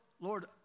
Lord